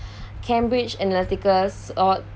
cambridge analytica sort